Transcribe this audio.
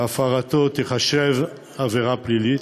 שהפרתו תיחשב עבירה פלילית.